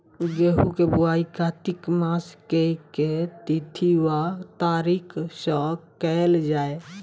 गेंहूँ केँ बोवाई कातिक मास केँ के तिथि वा तारीक सँ कैल जाए?